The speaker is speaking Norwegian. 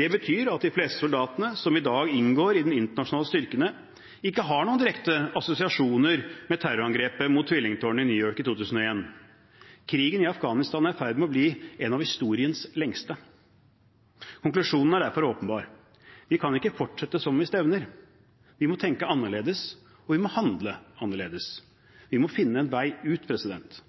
Det betyr at de fleste soldatene som i dag inngår i de internasjonale styrkene, ikke har noen direkte assosiasjoner med terrorangrepet mot tvillingtårnene i New York i 2001. Krigen i Afghanistan er i ferd med å bli en av historiens lengste. Konklusjonen er derfor åpenbar: Vi kan ikke fortsette som vi stevner. Vi må tenke annerledes, og vi må handle annerledes. Vi må finne en vei ut.